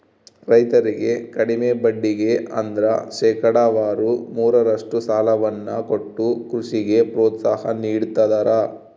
ರೈತರಿಗೆ ಕಡಿಮೆ ಬಡ್ಡಿಗೆ ಅಂದ್ರ ಶೇಕಡಾವಾರು ಮೂರರಷ್ಟು ಸಾಲವನ್ನ ಕೊಟ್ಟು ಕೃಷಿಗೆ ಪ್ರೋತ್ಸಾಹ ನೀಡ್ತದರ